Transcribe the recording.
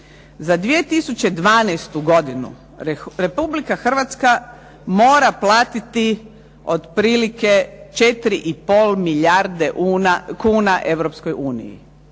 Za 2012. godinu Republika Hrvatska mora platiti otprilike 4,5 milijarde kuna